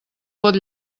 pot